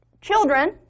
children